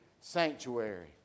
Sanctuary